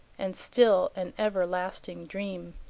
and still an everlasting dream.